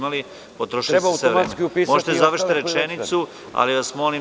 Možete da završite rečenicu, ali vas molim.